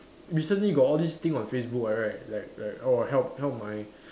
recently got all these thing on Facebook [what] right like like oh help help my